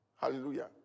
Hallelujah